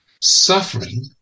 suffering